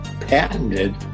patented